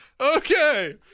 Okay